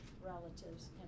relatives